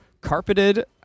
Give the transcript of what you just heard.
Carpeted